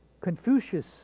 Confucius